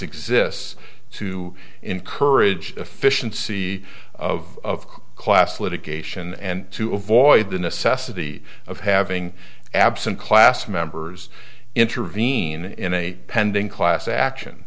exists to encourage efficiency of class litigation and to avoid the necessity of having absent class members intervene in a pending class action